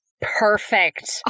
Perfect